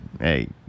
hey